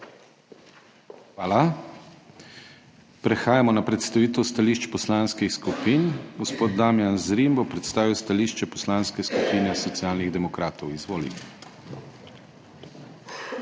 Hvala. Prehajamo na predstavitev stališč poslanskih skupin. Gospod Damijan Zrim bo predstavil stališče Poslanske skupine Socialnih demokratov. Izvolite.